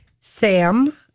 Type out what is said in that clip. Sam